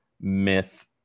myth